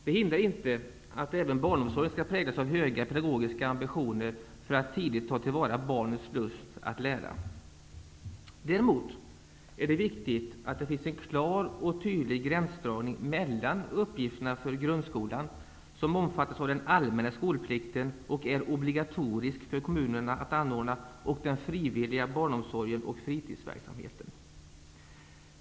Det hindrar inte att även barnomsorgen skall präglas av höga pedagogiska ambitioner för att tidigt ta till vara barnens lust att lära. Däremot är det viktigt att det finns en klar och tydlig gränsdragning mellan uppgifterna för grundskolan, som omfattas av den allmänna skolplikten och är obligatorisk för kommunerna att anordna, och den frivilliga barnomsorgen och fritidsverksamheten.